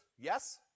Yes